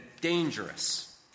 dangerous